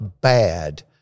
bad